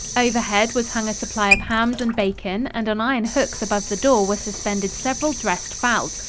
overhead was hung a supply of hams and bacon and on iron hooks above the door were suspended several dressed fowls,